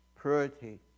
purity